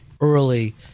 early